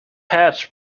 hatch